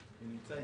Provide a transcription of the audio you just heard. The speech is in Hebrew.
הוא נמצא אצלה.